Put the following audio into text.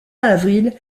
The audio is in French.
avril